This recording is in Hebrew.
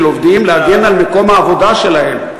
עובדים כדי להגן על מקום העבודה שלהם.